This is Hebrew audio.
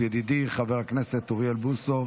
ידידי חבר הכנסת אוריאל בוסו,